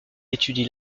étudie